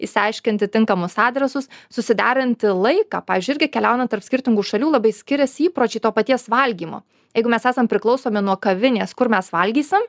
išsiaiškinti tinkamus adresus susiderinti laiką pavyzdžiui irgi keliaujant tarp skirtingų šalių labai skiriasi įpročiai to paties valgymo jeigu mes esam priklausomi nuo kavinės kur mes valgysim